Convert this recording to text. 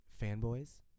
Fanboys